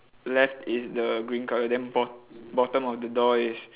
left is the green colour then bot~ bottom of the door is